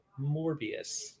Morbius